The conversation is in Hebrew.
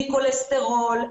מכולסטרול,